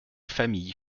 familles